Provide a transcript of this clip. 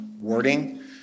wording